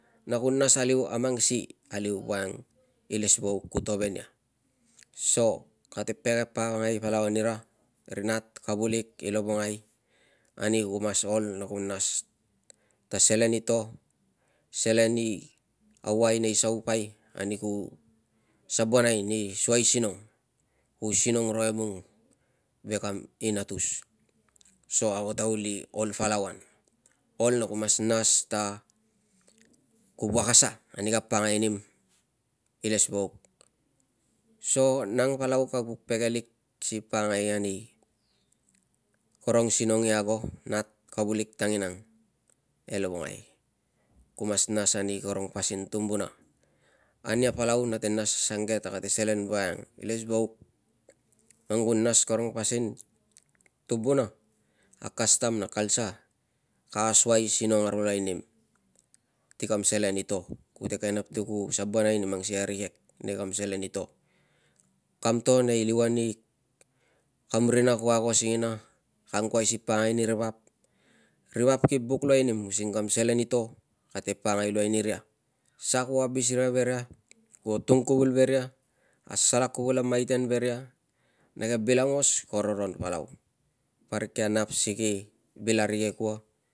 Na ku nas aliu a mang si aliu woiang ilesvauk ku to ve nia. So kate pege pakangai palau anira ri nat, kavulik i lovongai ani ku mas ol na ku nas ta selen i to, selen i auai nei saupai ani ku sabonai ni suai sinong, ku sinong ro emung ve kam inatus so ago ta kuli ol palau an, ol a ku mas nas ta ku wuak a sa ani ka pakangai nim ilesvauk. So nang palau kag vuk pege lik si pakangai ani karong sinong i ago nat, kavulik tanginang e lovongai. Ku mas nas ani karung pasin tumbuna, a nia palau nate nas asange ta kate selen woiang ilesvauk man ku nas karong pasin tumbuna, a kastam na kalsa ka asuaisinong aro luai nim ti kam selen i to. Kute kovek i nap ti ku sabonai ni mang sikei a rikek nei kam selen i to. Kam to nei liuan i kam rina kuo ago singina ka angkuai si pakangai ni ri vap, ri vap ki buk luai nim using kam selen i to kate pakangai luai niria. Sa kuo abis ia ve ria, kuo tung kuvul ve ria, asalak kuvul a maiten ve ria nei ke bil aungos ko roron palau, parik kia nap si ki vil arikek ua